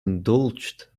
indulged